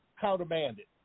countermanded